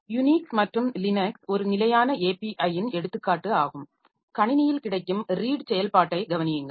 Unix மற்றும் Linux ஒரு நிலையான API இன் எடுத்துக்காட்டு ஆகும் கணினியில் கிடைக்கும் ரீட் செயல்பாட்டைக் கவனியுங்கள்